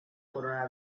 corona